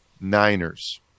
Niners